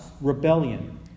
rebellion